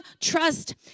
trust